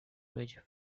ridge